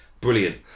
Brilliant